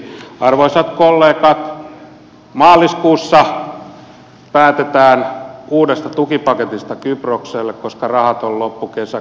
arvoisat kollegat maaliskuussa päätetään uudesta tukipaketista kyprokselle koska rahat ovat loppu kesäkuun alussa